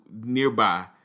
nearby